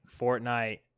Fortnite